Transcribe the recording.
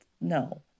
no